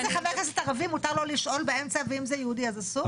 אם זה חבר כנסת ערבי מותר לו לשאול באמצע ואם זה יהודי אז אסור?